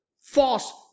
false